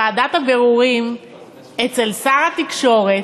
לוועדת הבירורים אצל שר התקשורת,